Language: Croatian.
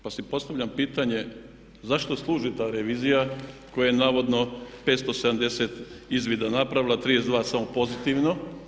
Pa si postavljam pitanje zašto služi ta revizija koja je navodno 570 izvida napravila a 32 samo pozitivno.